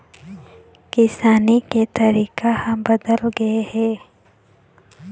किसानी के तरीका ह बदल गे हे